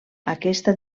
aquesta